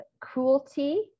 cruelty